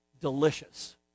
delicious